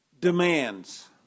demands